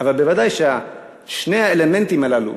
אבל בוודאי ששני האלמנטים הללו,